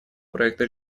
проекта